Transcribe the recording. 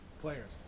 players